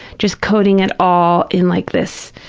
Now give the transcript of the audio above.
just coating it all in like this